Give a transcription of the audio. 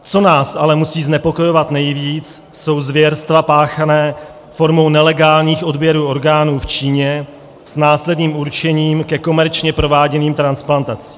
Co nás ale musí znepokojovat nejvíc, jsou zvěrstva páchaná formou nelegálních odběrů orgánů v Číně s následným určením ke komerčně prováděným transplantacím.